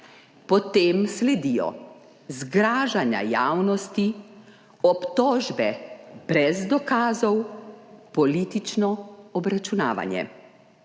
Potem sledijo zgražanja javnosti, obtožbe brez dokazov, politično obračunavanje.